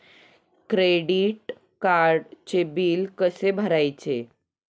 Credit कार्डचे bill कसे भरायचे?